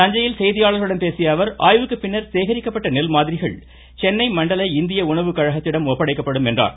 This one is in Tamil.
தஞ்சையில் செய்தியாளர்களிடம் பேசியஅவர் ஆய்வுக்குப் பின்னர் சேகரிக்கப்பட்ட நெல் மாதிரிகள் சென்னை மண்டல இந்திய உணவுக் கழகத்திடம் ஒப்படைக்கப்படும் என்றார்